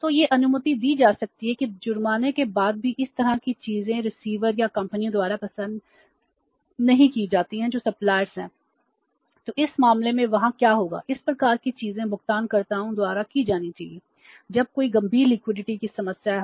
तो यह अनुमति दी जा सकती है कि जुर्माना के बाद भी इस तरह की चीजें रिसीवर या कंपनियों द्वारा पसंद नहीं की जाती हैं जो सप्लायर्स की समस्या हो